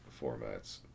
formats